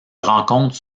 rencontre